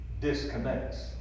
disconnects